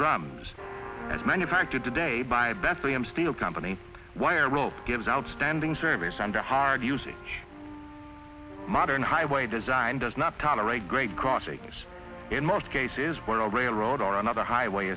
drums as manufactured today by bethlehem steel company wire rope gives outstanding service under hard usage modern highway design does not tolerate great crossings in most cases where a railroad or another highway